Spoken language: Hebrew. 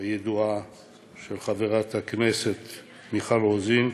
הידועה שלה, חברת הכנסת מיכל רוזין,